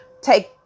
take